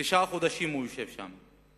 תשעה חודשים הוא יושב שם.